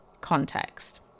context